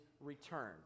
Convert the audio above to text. return